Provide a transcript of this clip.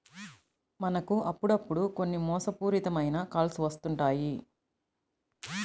మనకు అప్పుడప్పుడు కొన్ని మోసపూరిత మైన కాల్స్ వస్తుంటాయి